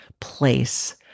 place